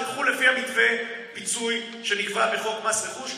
תלכו לפי מתווה פיצוי שנקבע בחוק מס רכוש.